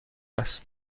است